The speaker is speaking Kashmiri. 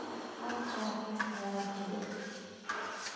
اَدٕ چھِ ہٮ۪کان أسۍ تَیار کٔرِتھ